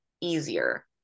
easier